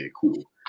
cool